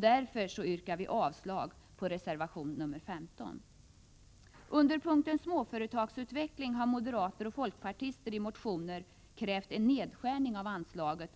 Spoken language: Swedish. Därför yrkar vi avslag på reservation nr 15. Under punkten Anslag till småföretagsutveckling har moderater och folkpartister i motioner krävt en nedskärning av detta anslag.